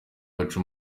baca